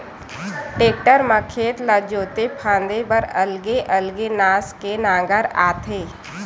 tractor म खेत ला जोते फांदे बर अलगे अलगे नास के नांगर आथे